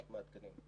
אנחנו מעדכנים.